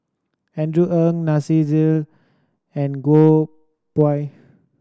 Andrew Ang Nasir Jalil and Goh Pui